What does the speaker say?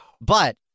But-